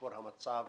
לשיפור המצב